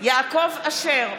יעקב אשר,